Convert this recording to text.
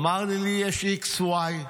אמר לי: לי יש x, y,